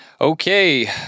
Okay